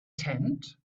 tent